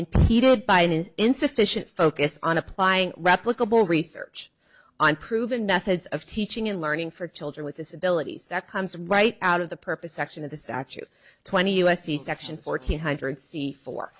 impeded by insufficient focus on applying replicable research on proven methods of teaching and learning for children with disabilities that comes right out of the purpose section of the statute twenty u s c section fourteen hundred c fo